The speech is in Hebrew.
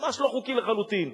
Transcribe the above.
ממש לא חוקי לחלוטין.